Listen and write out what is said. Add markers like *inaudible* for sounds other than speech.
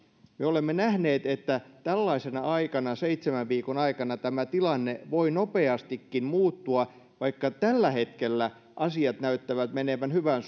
me olemme nähneet että tällaisena aikana seitsemän viikon aikana tämä tilanne voi nopeastikin muuttua vaikka tällä hetkellä asiat näyttävät menevän hyvään *unintelligible*